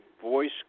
voice